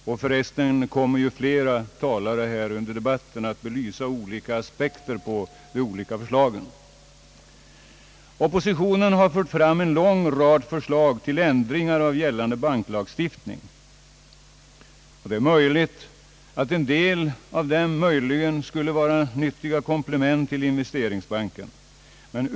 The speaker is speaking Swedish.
För övrigt kommer andra talare här i debatten att framföra olika aspekter på de olika förslagen. Oppositionen har fört fram en lång rad förslag till ändringar av gällande banklagstiftning, och det är möjligt att en del av dem skulle kunna vara nyttiga komplement till investeringsbanken.